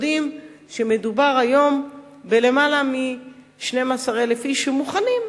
יודעים שמדובר היום בלמעלה מ-12,000 איש שמוכנים,